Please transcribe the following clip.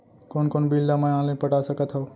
कोन कोन बिल ला मैं ऑनलाइन पटा सकत हव?